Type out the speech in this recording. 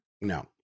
No